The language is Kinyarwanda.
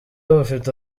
bufite